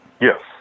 Yes